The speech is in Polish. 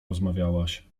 rozmawiałaś